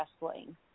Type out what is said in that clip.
wrestling